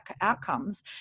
outcomes